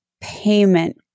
payment